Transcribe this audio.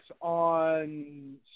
on